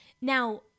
Now